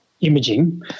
imaging